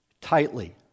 tightly